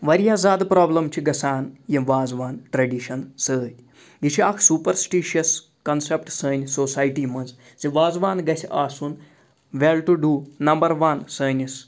واریاہ زیادٕ پرابلم چھِ گَژھان یہِ وازوان ٹریڈِشَن سۭتۍ یہِ چھِ اَکھ سوٗپَر سِٹِشَس کَنسیٚپٹ سٲنۍ سوسایٹی منٛز زِ وازوان گَژھِ آسُن وٮ۪ل ٹُو ڈوٗ نَمبَر وَن سٲنِس